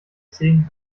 zehn